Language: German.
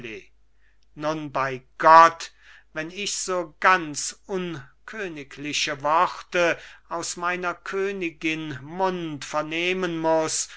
nun bei gott wenn ich so ganz unkönigliche worte aus meiner königin mund vernehmen muß